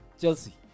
Chelsea